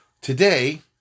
Today